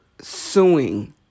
suing